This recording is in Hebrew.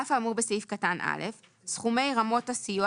על אף האמור בסעיף קטן (א), סכומי רמות הסיוע